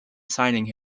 signing